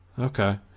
Okay